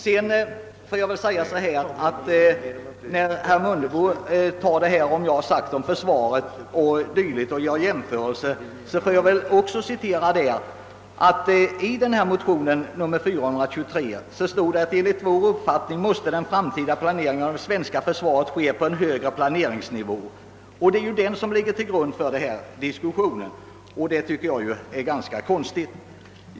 Med anledning av hur herr Mundebo uppfattade vad jag sagt om försvaret och de jämförelser han i det sammanhanget gjorde vill jag nämna att i motionen I:423 står följande: »Enligt vår uppfattning måste den fram tida planeringen av det svenska försvaret ske på en högre planeringsnivå ———» Det är ju det som ligger till grund för denna diskussion, och det är detta uttalande jag tycker är ganska konstigt.